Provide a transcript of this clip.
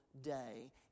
day